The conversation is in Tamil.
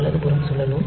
வலதுபுறம் சுழலும்